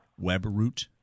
WebRoot